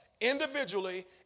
individually